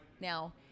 now